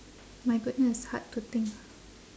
my goodness hard to think